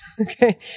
Okay